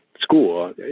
school